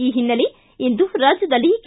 ಈ ಹಿನ್ನೆಲೆ ಇಂದು ರಾಜ್ಯದಲ್ಲಿ ಕೆ